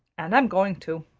and i'm going to.